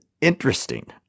interesting